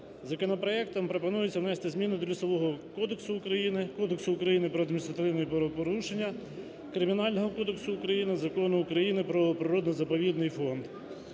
Законопроектом пропонується внести зміни до Лісового кодексу України, Кодексу України про адміністративні правопорушення, Кримінального кодексу України, Закону України "Про природний заповідний фонд".